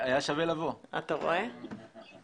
אני רוצה לומר מספר מילים.